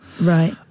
right